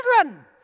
children